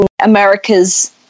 America's